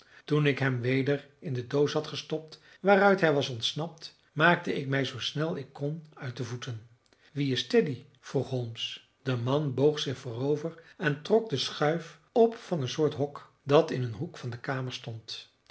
toen ik hem weder in de doos had gestopt waaruit hij was ontsnapt maakte ik mij zoo snel ik kon uit de voeten wie is teddy vroeg holmes de man boog zich voorover en trok de schuif op van een soort hok dat in een hoek der kamer stond